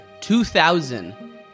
2000